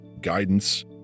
guidance